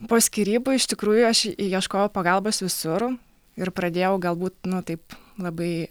po skyrybų iš tikrųjų aš ieškojau pagalbos visur ir pradėjau galbūt nu taip labai